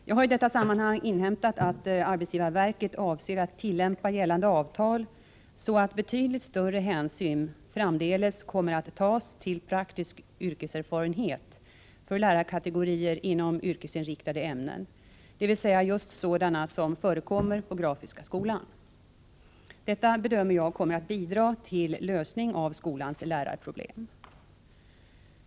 Jag har i detta sammanhang inhämtat att arbetsgivarverket avser att tillämpa gällande avtal så, att betydligt större hänsyn framdeles kommer att tas till praktisk yrkeserfarenhet för lärarkategorier inom yrkesinriktade ämnen, dvs. just sådana som förekommer på Grafiska skolan. Detta bedömer jag kommer att bidra till en lösning av skolans lärarproblem.